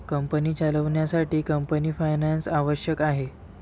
company चालवण्यासाठी company finance आवश्यक आहे